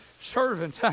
servant